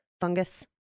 Fungus